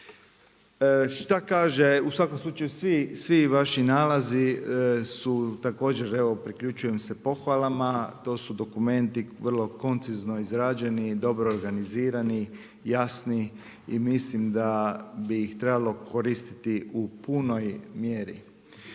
Šta kaže u svakom slučaju svi vaši nalazi su također, evo priključujem se pohvalama, to su dokumenti vrlo koncizno izrađeni i dobro organizirani, jasni i mislim da bi ih trebalo koristi u punoj mjeri.